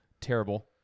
terrible